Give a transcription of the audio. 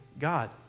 God